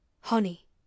Honey